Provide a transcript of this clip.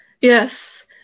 Yes